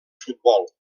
futbol